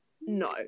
no